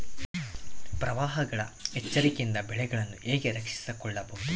ಪ್ರವಾಹಗಳ ಎಚ್ಚರಿಕೆಯಿಂದ ಬೆಳೆಗಳನ್ನು ಹೇಗೆ ರಕ್ಷಿಸಿಕೊಳ್ಳಬಹುದು?